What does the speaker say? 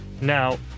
Now